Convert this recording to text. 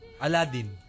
Aladdin